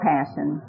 Passion